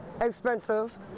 expensive